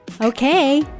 Okay